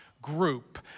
group